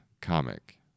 comic